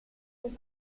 del